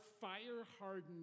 fire-hardened